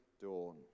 dawn